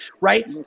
right